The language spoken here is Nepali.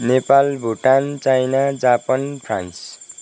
Nepal Bhutan China Japan France